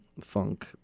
funk